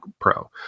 pro